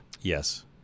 Yes